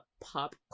pop